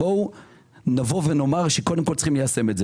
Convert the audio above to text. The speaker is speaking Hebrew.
בואו ניישם את זה.